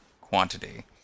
quantity